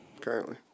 currently